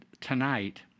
tonight